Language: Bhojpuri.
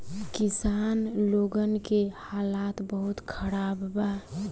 किसान लोगन के हालात बहुत खराब बा